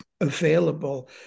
available